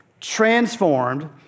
transformed